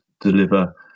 deliver